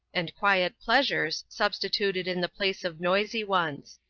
and quiet pleasures substituted in the place of noisy ones.